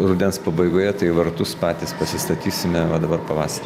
rudens pabaigoje tai vartus patys pasistatysime va dabar pavasarį